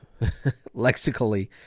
lexically